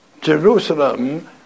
Jerusalem